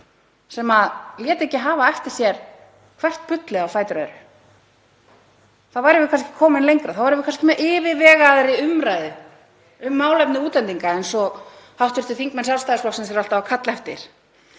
sem léti ekki hafa eftir sér hvert bullið á fætur öðru. Þá værum við kannski komin lengra, þá værum við kannski með yfirvegaðri umræðu um málefni útlendinga eins og hv. þingmenn Sjálfstæðisflokksins eru alltaf að kalla eftir.